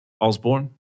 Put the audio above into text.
Osborne